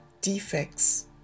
defects